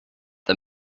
the